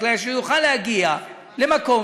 כדי שיוכל להגיע למקום,